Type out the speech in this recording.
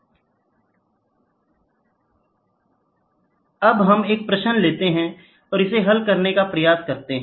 इसलिए कोणीय संबंध में परिवर्तन अब हम एक प्रश्न लेते हैं और इसे हल करने का प्रयास करते हैं